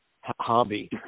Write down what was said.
hobby